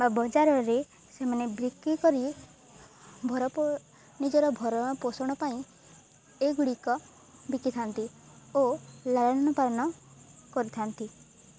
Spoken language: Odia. ବା ବଜାରରେ ସେମାନେ ବିକ୍ରି କରି ନିଜର ଭରଣ ପୋଷଣ ପାଇଁ ଏଗୁଡ଼ିକ ବିକିଥାନ୍ତି ଓ ଲାଳନ ପାଳନ କରିଥାନ୍ତି